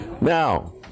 Now